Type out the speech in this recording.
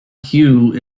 hugh